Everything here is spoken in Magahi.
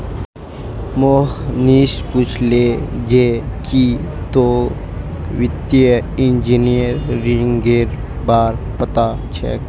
मोहनीश पूछले जे की तोक वित्तीय इंजीनियरिंगेर बार पता छोक